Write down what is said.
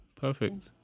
Perfect